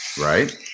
Right